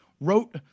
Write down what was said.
wrote